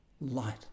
light